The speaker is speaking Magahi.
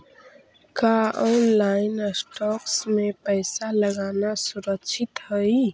का ऑनलाइन स्टॉक्स में पैसा लगाना सुरक्षित हई